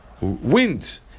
wind